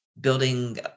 building